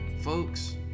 Folks